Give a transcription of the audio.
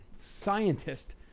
scientist